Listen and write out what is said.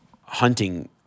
hunting